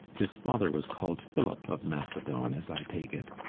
his father was called phillip of macedon, as i take it